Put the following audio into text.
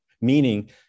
meaning